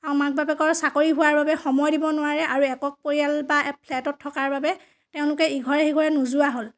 আৰু মাক বাপেকৰ চাকৰি হোৱাৰ বাবে সময় দিব নোৱাৰে আৰু একক পৰিয়াল বা ফ্লেটত থকাৰ বাবে তেওঁলোকে ইঘৰে সিঘৰে নোযোৱা হ'ল